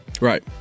Right